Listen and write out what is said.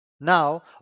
now